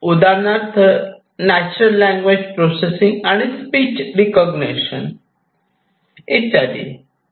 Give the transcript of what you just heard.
उदाहरणार्थ natural language processing आणि speech recognition इत्यादी